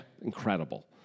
Incredible